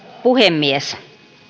puhemies